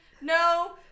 No